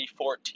2014